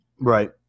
Right